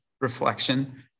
reflection